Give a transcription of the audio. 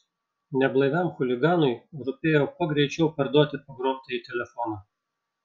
neblaiviam chuliganui rūpėjo kuo greičiau parduoti pagrobtąjį telefoną